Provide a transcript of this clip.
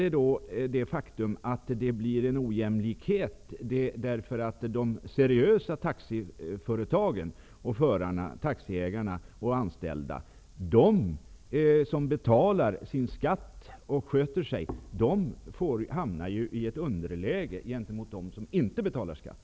Det är ett faktum att det blir en ojämlikhet, därför att de seriösa taxiföretagen, taxiägarna och de anställda, som betalar sin skatt och sköter sig, hamnar i ett underläge gentemot dem som inte betalar skatt.